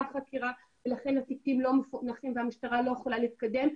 חקירה ולכן התיקים לא מפוענחים והמשטרה לא יכולה להתקדם.